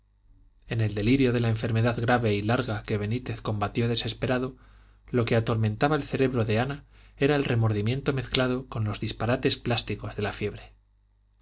en el delirio de la enfermedad grave y larga que benítez combatió desesperado lo que atormentaba el cerebro de ana era el remordimiento mezclado con los disparates plásticos de la fiebre